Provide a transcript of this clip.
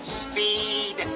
speed